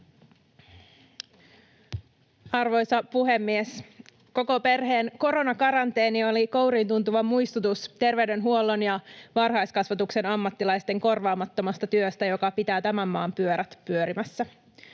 Arvoisa puhemies! Koko perheen koronakaranteeni oli kouriintuntuva muistutus terveydenhuollon ja varhaiskasvatuksen ammattilaisten korvaamattomasta työstä, joka pitää tämän maan pyörät pyörimässä.